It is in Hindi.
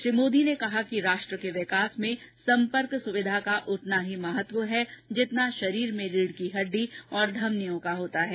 श्री मोदी ने कहा कि राष्ट्र के लिए विकास में संपर्क सुविधा का उतना ही महत्व है जितना शरीर में रीढ की हड्डी और धमनियों का होता है